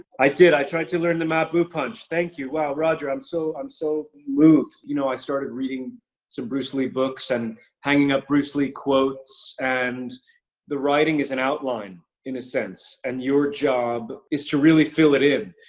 i did, i tried to learn the ma bu punch. thank you. wow, roger, i'm so i'm so moved. you know, i started reading some bruce lee books and hanging up bruce lee quotes, and the writing is an outline, in a sense, and your job is to really fill it in,